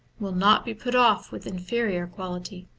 will not be put off with inferior quality.